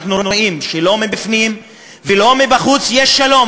אנחנו רואים שלא מפנים ולא מבחוץ יש שלום,